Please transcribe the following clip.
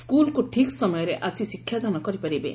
ସ୍କୁଲକୁ ଠିକ୍ ସମୟରେ ଆସି ଶିକ୍ଷାଦାନ କରିପାରିବେ